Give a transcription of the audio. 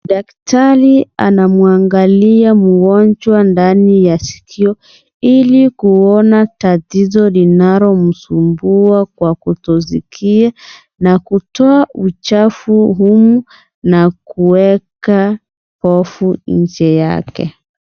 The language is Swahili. Daktari anamuangalia mgonjwa ndani ya sikio ili kuona tatizo linalomsumbua kwa kutoskia na kutoa uchafu huu na kuweka hofu nje yake.